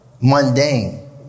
mundane